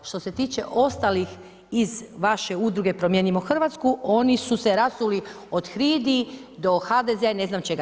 Što se tiče ostalih iz vaše udruge Promijenimo Hrvatsku, oni su se rasuli od HRID-i do HDZ-a i ne znam čega.